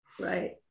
Right